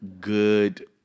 good